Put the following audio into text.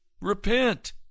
Repent